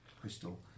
crystal